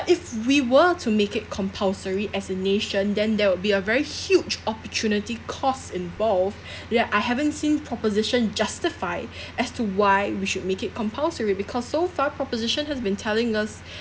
if we were to make it compulsory as a nation then there would be a very huge opportunity cost involved that I haven't seen proposition justify as to why we should make it compulsory because so far proposition has been telling us